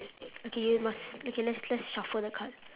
okay you must okay let's let's shuffle the cards